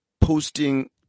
posting